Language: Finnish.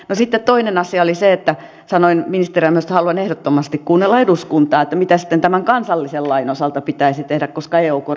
no sitten toinen asia oli se että sanoin ministerinä myös että haluan kuunnella eduskuntaa siinä mitä sitten tämän kansallisen lain osalta pitäisi tehdä koska eu kortti on vähän toinen